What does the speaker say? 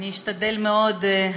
אני אשתדל מאוד לא,